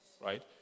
right